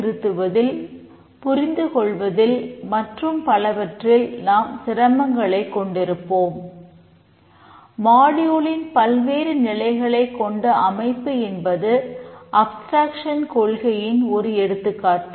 எந்த மாடியூலில் கொள்கையின் ஒரு எடுத்துக்காட்டு